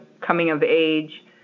coming-of-age